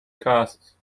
causes